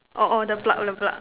orh orh the plug the plug